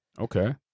Okay